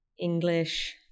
English